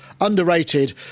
underrated